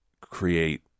create